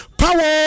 power